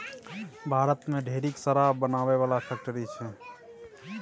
भारत मे ढेरिक शराब बनाबै बला फैक्ट्री छै